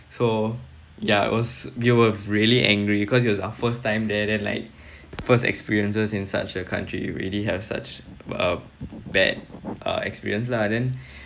so ya it was we were really angry because it was our first time there then like first experiences in such a country we already have such a bad uh experience lah then